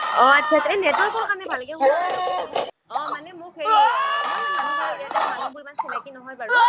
অঁ আচ্ছা আচ্ছা নেটৱৰ্কৰ কাৰণে ভালকৈ শুনা নাই ৰ'ব অঁ মানে মোক হেৰি মানুহবোৰ ইমান চিনাকী নহয় বাৰু